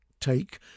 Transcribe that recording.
take